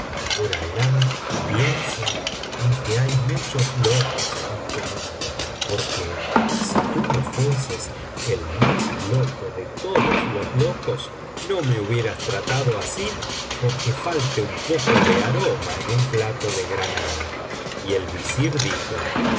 por alah pienso en que hay muchos locos en este mundo porque si tú no fueses el más loco de todos los locos no me hubieras tratado así porque falte un poco de aroma en un plato de granada y el visir dijo